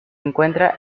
encuentra